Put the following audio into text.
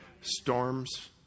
Storms